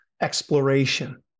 exploration